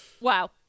Wow